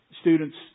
students